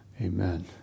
Amen